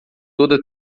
toda